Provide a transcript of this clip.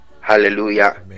Hallelujah